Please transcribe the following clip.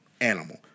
animal